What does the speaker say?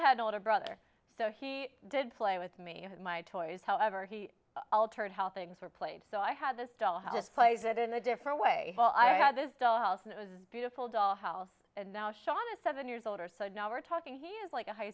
had an older brother so he did play with me my toys however he altered hell things were played so i had this doll how to play that in a different way while i had this doll house and it was beautiful doll house and now sean is seven years older so now we're talking he is like a high